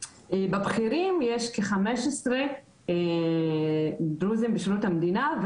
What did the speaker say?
בבכירים יש כ- 15 דרוזים בשירות המדינה,